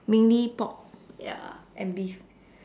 mainly pork ya and beef